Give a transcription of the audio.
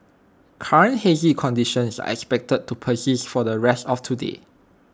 current hazy conditions are expected to persist for the rest of today